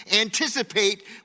anticipate